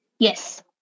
Yes